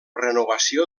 renovació